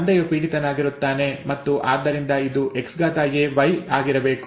ತಂದೆಯು ಪೀಡಿತನಾಗಿರುತ್ತಾನೆ ಮತ್ತು ಆದ್ದರಿಂದ ಇದು XaY ಆಗಿರಬೇಕು